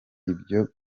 ibyo